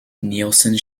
nielsen